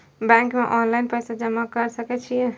Bank में online पैसा जमा कर सके छीये?